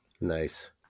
Nice